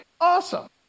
Awesome